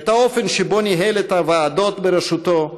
את האופן שבו ניהל את הוועדות בראשותו,